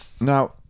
Now